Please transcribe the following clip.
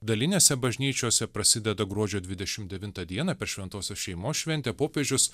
dalinėse bažnyčiose prasideda gruodžio dvidešimt devintą dieną per šventosios šeimos šventę popiežius